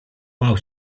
bał